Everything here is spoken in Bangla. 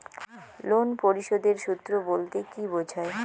লোন পরিশোধের সূএ বলতে কি বোঝায়?